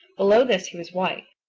below this he was white.